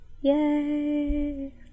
Yay